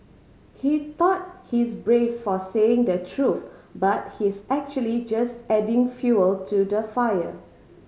he thought he's brave for saying the truth but he's actually just adding fuel to the fire